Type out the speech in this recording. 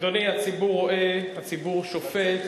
אדוני, הציבור רואה, הציבור שופט,